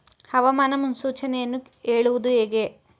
ಹವಾಮಾನ ಮುನ್ಸೂಚನೆಯನ್ನು ಹೇಳುವುದು ಹೇಗೆ?